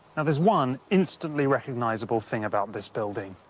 now, there's one instantly recognisable thing about this building.